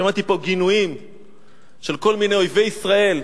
שמעתי פה גינויים של כל מיני אויבי ישראל.